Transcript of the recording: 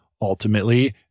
ultimately